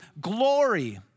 glory